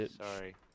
Sorry